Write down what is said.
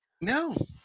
no